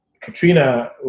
Katrina